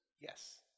Yes